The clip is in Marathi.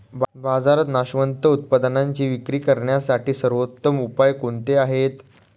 बाजारात नाशवंत उत्पादनांची विक्री करण्यासाठी सर्वोत्तम उपाय कोणते आहेत?